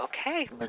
Okay